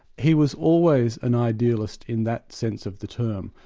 he was always an idealist in that sense of the term.